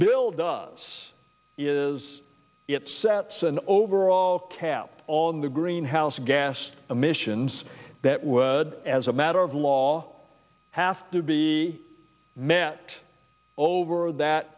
bill does is it sets an overall cap on the greenhouse gas emissions that word as a matter of law have to be met over that